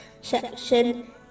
section